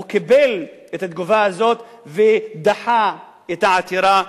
הוא קיבל את התגובה הזאת ודחה את העתירה,